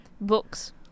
books